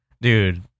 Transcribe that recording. Dude